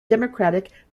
democratic